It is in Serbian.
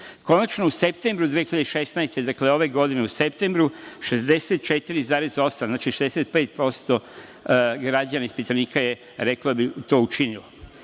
u septembru 2016. godine, dakle, ove godine u septembru 64,8%, znači 65% građana, ispitanika je reklo da bi to učinilo.